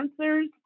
answers